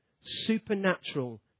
supernatural